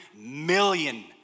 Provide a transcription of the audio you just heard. million